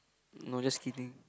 no just kidding